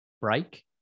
break